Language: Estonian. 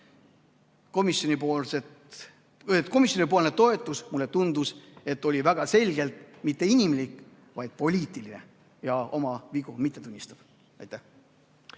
komisjonipoolne toetus, mulle tundus, oli väga selgelt mitte inimlik, vaid poliitiline ja oma vigu mitte tunnistav. Aitäh,